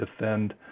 defend